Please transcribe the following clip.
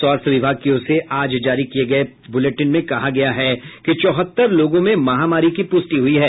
स्वास्थ्य विभाग की ओर से आज जारी किये गये पहले बुलेटिन में कहा गया है कि चौहत्तर लोगों में महामारी की पुष्टि हुई है